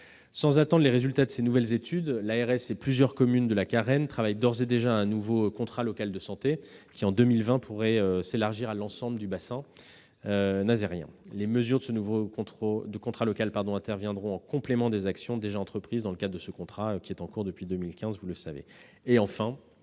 Sans attendre les résultats de ces nouvelles études, l'ARS et plusieurs communes de la Carene travaillent d'ores et déjà à un nouveau contrat local de santé qui, en 2020, pourrait s'élargir à l'ensemble du bassin nazairien. Les mesures de ce nouveau contrat local interviendront en complément des actions déjà entreprises dans le cadre du contrat en cours depuis 2015. Enfin, des